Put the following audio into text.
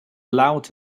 loud